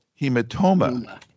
hematoma